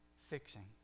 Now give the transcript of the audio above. fixing